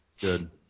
Good